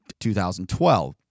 2012